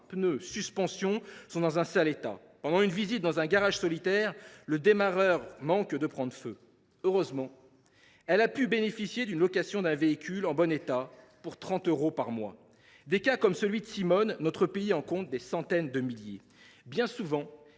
pneus, les suspensions sont dans un sale état. Pendant une visite dans un garage solidaire, le démarreur manque de prendre feu. Heureusement, elle a pu bénéficier d’une location d’un véhicule en bon état pour 30 euros par mois. Des cas comme celui de Simone, notre pays en compte des centaines de milliers. Bien souvent,